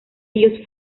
ellos